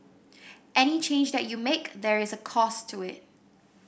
any change that you make there is a cost to it